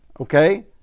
okay